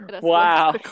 Wow